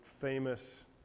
famous